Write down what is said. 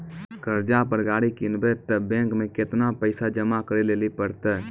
कर्जा पर गाड़ी किनबै तऽ बैंक मे केतना पैसा जमा करे लेली पड़त?